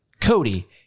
Cody